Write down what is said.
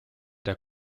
der